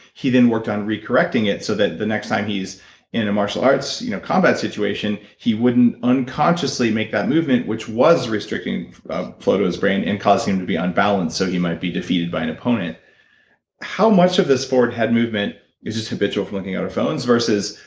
he then worked on re-correcting it so that the next time he's in a so arts you know combat situation, he wouldn't unconsciously make that movement which was restricting flow to his brain and causing him to be unbalanced so he might be defeated by an opponent how much of this forward head movement is just habitual from looking at our phones, versus,